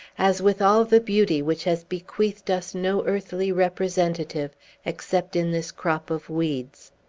as with all the beauty which has bequeathed us no earthly representative except in this crop of weeds.